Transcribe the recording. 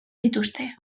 dituzte